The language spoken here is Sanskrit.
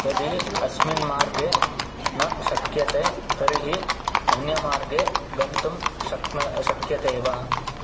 यदि अस्मिन् मार्गे न शक्यते तर्हि अन्यमार्गे गन्तुं शक्न शक्यते वा